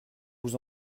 vous